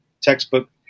textbook